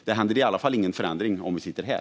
Det blir i alla fall ingen förändring om de sitter här.